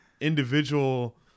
individual